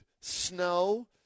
snow